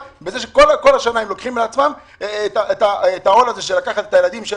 הפרטיים ושם המדינה אומרת שאין לה יד ורגל ומשרד